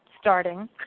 starting